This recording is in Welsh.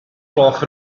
gloch